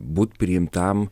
būt priimtam